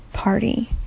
Party